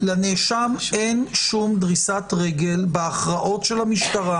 לנאשם אין שום דריסת רגל בהכרעות של המשטרה